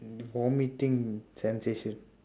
for meeting sensation